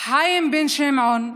חיים בן שמעון,